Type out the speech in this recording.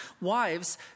Wives